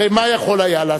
הרי מה הוא היה יכול לעשות?